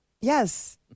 Yes